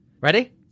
Ready